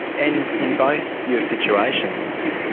and in both your situations,